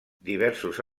diversos